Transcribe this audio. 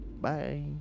Bye